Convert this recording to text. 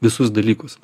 visus dalykus